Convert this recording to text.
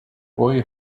roy